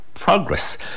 progress